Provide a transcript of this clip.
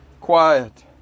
quiet